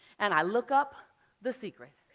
and i look up the secret.